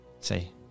Say